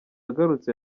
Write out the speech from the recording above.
agarutse